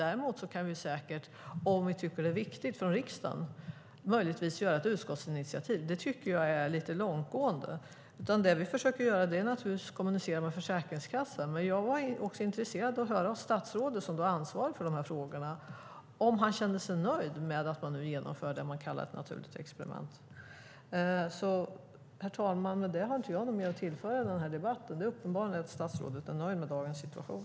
Däremot kan vi från riksdagen, om vi tycker att det är viktigt, möjligtvis göra ett utskottsinitiativ. Det tycker jag dock är att gå lite långt. Det vi i stället försöker göra är att kommunicera med Försäkringskassan. Därför är jag intresserad av att höra från statsrådet, som är ansvarig för dessa frågor, om han känner sig nöjd med att man nu genomför det man kallar ett naturligt experiment. Herr talman! Med det har jag inget mer att tillföra den här debatten. Det är uppenbart att statsrådet är nöjd med dagens situation.